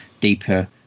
deeper